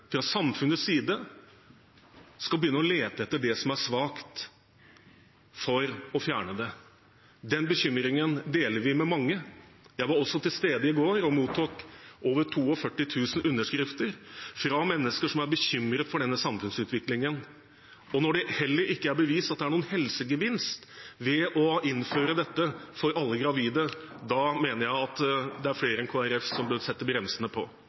fra samfunnets side – skal begynne å lete etter det som er svakt, for å fjerne det. Den bekymringen deler vi med mange; jeg var til stede i går og mottok over 42 000 underskrifter fra mennesker som er bekymret for denne samfunnsutviklingen. Og når det heller ikke er bevist at det er noen helsegevinst ved å innføre dette for alle gravide , mener jeg at det er flere enn Kristelig Folkeparti som bør sette bremsene på.